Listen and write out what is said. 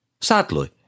Sadly